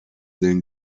den